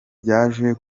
ryaje